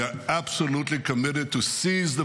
We are absolutely committed to seize the